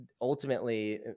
ultimately